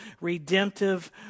redemptive